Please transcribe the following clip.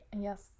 Yes